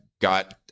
got